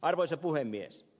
arvoisa puhemies